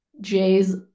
Jay's